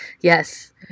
Yes